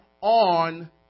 on